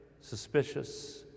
suspicious